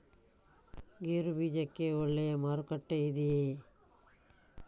ಗೇರು ಬೀಜಕ್ಕೆ ಒಳ್ಳೆಯ ಮಾರುಕಟ್ಟೆ ಇದೆಯೇ?